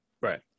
Right